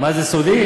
מה, זה סודי?